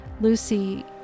Lucy